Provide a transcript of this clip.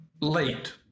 Late